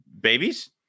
Babies